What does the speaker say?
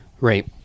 Right